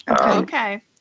Okay